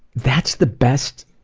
that's the best,